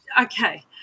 Okay